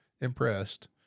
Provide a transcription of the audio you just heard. impressed